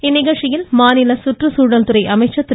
இந்நிகழ்ச்சியில் மாநில சுற்றுச்சூழல் துறை அமைச்சர் திரு